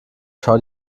schau